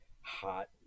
hot